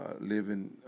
living